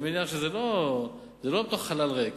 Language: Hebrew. אני מניח שזה לא אותו חלל ריק,